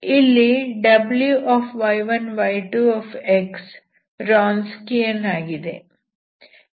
ಇಲ್ಲಿ Wy1y2 ರಾನ್ಸ್ಕಿಯನ್ ಆಗಿದೆ